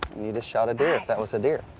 you just shot a deer. that was a deer.